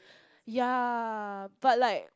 ya but like